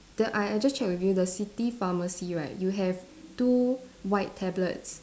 then I I just check with you the city pharmacy right you have two white tablets